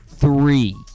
Three